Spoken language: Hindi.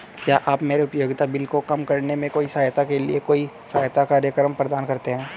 क्या आप मेरे उपयोगिता बिल को कम करने में सहायता के लिए कोई सहायता कार्यक्रम प्रदान करते हैं?